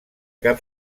cap